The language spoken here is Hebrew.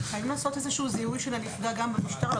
חייבים לעשות איזשהו זיהוי של הנפגע גם במשטרה.